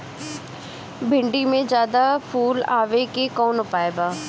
भिन्डी में ज्यादा फुल आवे के कौन उपाय बा?